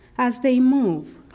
as they move,